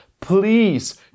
please